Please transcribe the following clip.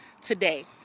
today